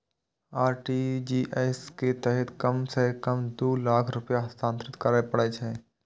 RTGS के तहत कम सं कम दू लाख रुपैया हस्तांतरित करय पड़ै छै